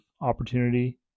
opportunity